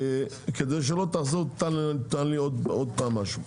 כדי שלא תחזור ותעלה עוד פעם משהו.